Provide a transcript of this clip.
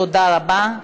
תודה רבה.